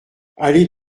allée